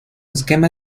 esquema